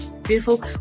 beautiful